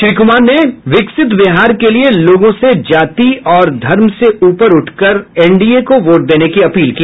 श्री कुमार ने विकसित बिहार के लिए लोगों से जाति और धर्म से ऊपर उठकर एनडीए को वोट देने की अपील की